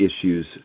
issues